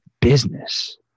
business